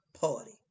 party